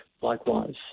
likewise